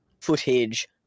footage